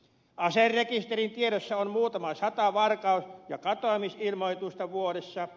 aserekisterin tiedoissa on muutama sata varkaus ja katoamisilmoitusta vuodessa